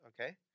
okay